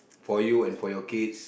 for you and for your kids